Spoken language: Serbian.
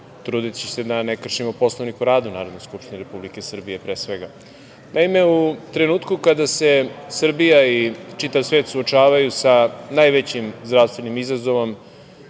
trudeći se da ne kršimo Poslovnik o radu Narodne skupštine Republike Srbije pre svega. Naime u trenutku kada se Srbija i čitav svet suočavaju sa najvećim zdravstvenim izazovom,